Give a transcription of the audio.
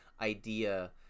idea